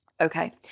Okay